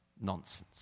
nonsense